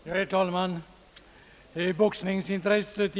Herr talman! Boxninggintressetn.